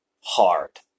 hard